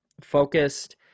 focused